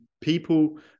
people